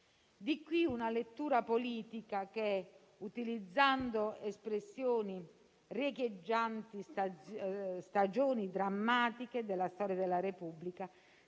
Di qui una lettura politica che, utilizzando espressioni riecheggianti stagioni drammatiche della storia della Repubblica,